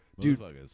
dude